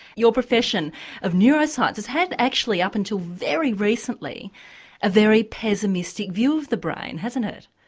your profession of neuroscience has had actually up until very recently a very pessimistic view of the brain hasn't it?